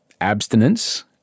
abstinence